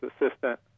assistant